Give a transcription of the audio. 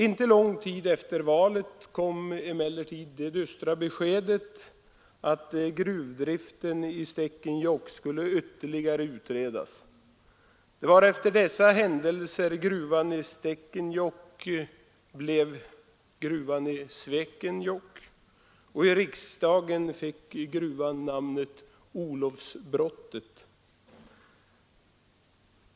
Inte lång tid efter valet kom emellertid det dystra beskedet att gruvdriften i Stekenjokk skulle ytterligare utredas. Det var efter dessa händelser gruvan i Stekenjokk blev gruvan i Svekenjokk. I riksdagen fick gruvan namnet Olofsbrottet.